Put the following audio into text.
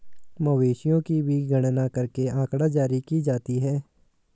मवेशियों की भी गणना करके आँकड़ा जारी की जाती है